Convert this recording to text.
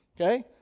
Okay